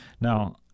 Now